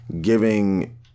giving